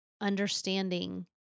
understanding